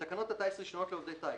בתקנות הטיס (רישיונות לעובדי טיס),